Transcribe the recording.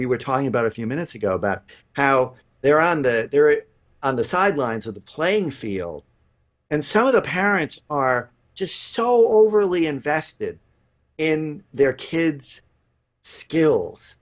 we were talking about a few minutes ago about how they're on the they're on the sidelines of the playing field and some of the parents are just so overly invested in their kids skills